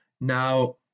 Now